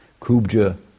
Kubja